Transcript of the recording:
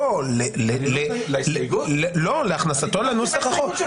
לא, לא, להכנסתו לנוסח החוק.